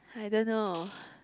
I don't know